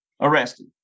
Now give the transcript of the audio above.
arrested